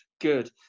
good